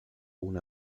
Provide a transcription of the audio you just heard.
una